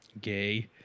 gay